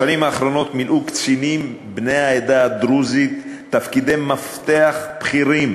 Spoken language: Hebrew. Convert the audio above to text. בשנים האחרונות מילאו קצינים בני העדה הדרוזית תפקידי מפתח בכירים